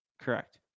Correct